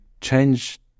change